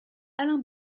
alain